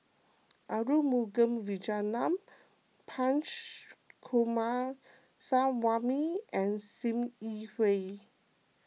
Arumugam Vijiaratnam Punch Coomaraswamy and Sim Yi Hui